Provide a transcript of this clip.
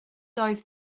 doedd